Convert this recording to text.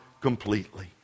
completely